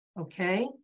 okay